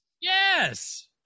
Yes